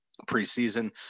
preseason